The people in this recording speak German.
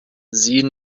sie